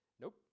Nope